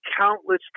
countless